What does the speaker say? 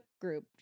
group